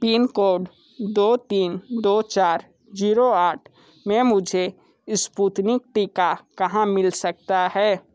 pin code दो तीन दो चार जीरो आठ में मुझे स्पुतनिक टीका कहाँ मिल सकता है